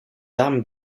armes